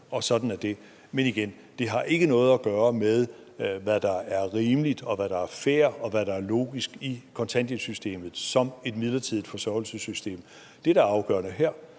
jeg. Sådan er det. Men igen: Det har ikke noget at gøre med, hvad der er rimeligt, hvad der er fair, og hvad der er logisk i kontanthjælpssystemet som et midlertidigt forsørgelsessystem. Det, der er afgørende her,